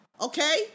okay